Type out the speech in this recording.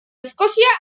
escocia